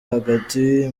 hagati